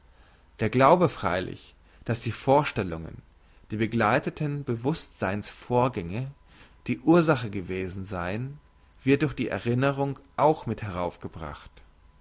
der glaube freilich dass die vorstellungen die begleitenden bewusstseins vorgänge die ursachen gewesen seien wird durch die erinnerung auch mit heraufgebracht